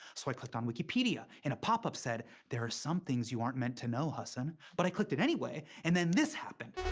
so i clicked on wikipedia, and a pop-up said, there are some things you aren't meant to know, hasan. but i clicked it anyway, and this happened.